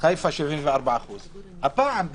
חיפה 74%. הפעם,